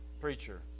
preacher